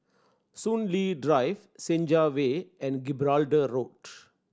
Soon Lee Drive Senja Way and Gibraltar Road